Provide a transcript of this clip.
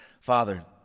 Father